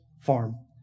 farm